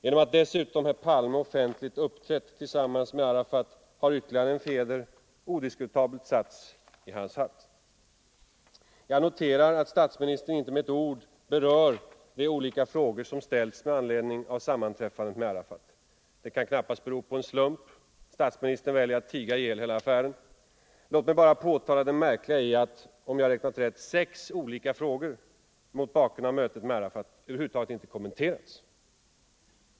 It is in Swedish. Genom att dessutom herr Palme offentligt uppträtt tillsammans med Arafat har ytterligare en fjäder odiskutabelt satts i hans hatt. Jag noterar att statsministern inte med ett ord berört de olika frågor som ställts med anledning av sammanträffandet med Arafat. Det kan knappast bero på en slump. Statsministern väljer att tiga ihjäl hela affären. Låt mig bara påtala det märkliga i att — om jag räknat rätt — sex olika frågor mot bakgrund av mötet med Arafat över huvud taget inte kommenterats.